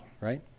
right